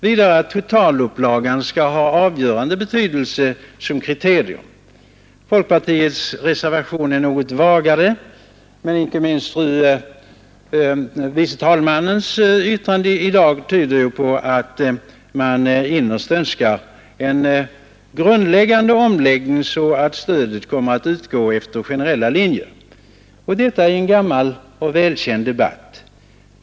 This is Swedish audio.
Vidare skall totalupplagan ha avgörande betydelse som kriterium. Folkpartiets reservation är något vagare, men inte minst fru vice talmannens yttrande i dag tyder på att folkpartiet innerst önskar en grundläggande omläggning, så att stödet skulle komma att utgå efter generella linjer. Detta är en gammal och välkänd debatt.